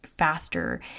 faster